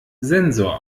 sensor